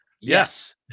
yes